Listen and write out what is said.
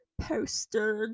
posted